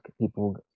People